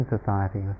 Society